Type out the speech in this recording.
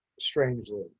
strangely